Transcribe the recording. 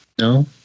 no